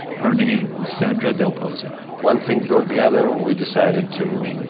her name was sandra del pozo one thing brought the other and we decided to,